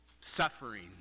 suffering